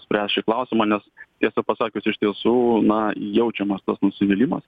spręs šį klausimą nes tiesą pasakius iš tiesų na jaučiamas nusivylimas